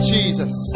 Jesus